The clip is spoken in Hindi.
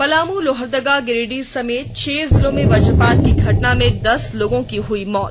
पलामू लोहरदगा गिरिडीह समेत छह जिलों में वज्रपात की घटना में दस लोगों की हुई मौत